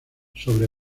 sobre